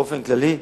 באופן כללי,